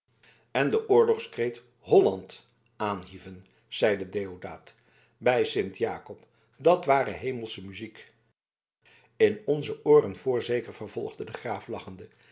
en den oorlogskreet holland aanhieven zeide deodaat bij sint jakob dat ware hemelsche muziek in onze ooren voorzeker vervolgde de graaf lachende